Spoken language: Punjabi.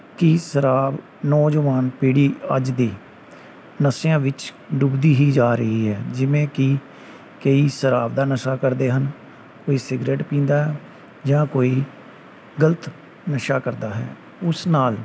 ਕਿ ਸ਼ਰਾਬ ਨੌਜਵਾਨ ਪੀੜ੍ਹੀ ਅੱਜ ਦੇ ਨਸ਼ਿਆਂ ਵਿੱਚ ਡੁੱਬਦੀ ਹੀ ਜਾ ਰਹੀ ਹੈ ਜਿਵੇਂ ਕਿ ਕਈ ਸ਼ਰਾਬ ਦਾ ਨਸ਼ਾ ਕਰਦੇ ਹਨ ਕੋਈ ਸਿਗਰਟ ਪੀਂਦਾ ਜਾਂ ਕੋਈ ਗਲਤ ਨਸ਼ਾ ਕਰਦਾ ਹੈ ਉਸ ਨਾਲ